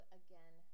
again